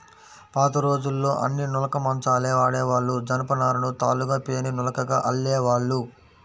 పాతరోజుల్లో అన్నీ నులక మంచాలే వాడేవాళ్ళు, జనపనారను తాళ్ళుగా పేని నులకగా అల్లేవాళ్ళు